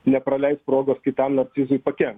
nepraleis progos kitam narcizui pakenkt